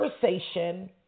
conversation